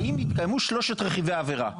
האם התקיימו שלושת רכיבי העבירה,